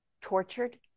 tortured